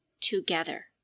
Together